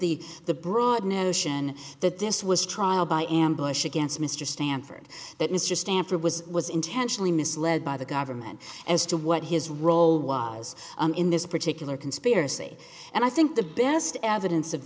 the the broad notion that this was trial by ambush against mr stanford that mr stanford was was intentionally misled by the government as to what his role was in this particular conspiracy and i think the best evidence of